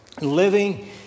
living